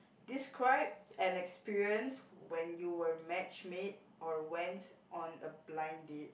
describe an experience when you were matchmade or went on a blind date